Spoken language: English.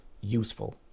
useful